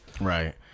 Right